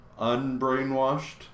unbrainwashed